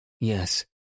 Yes